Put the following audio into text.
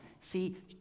See